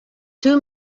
two